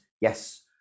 yes